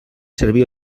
servir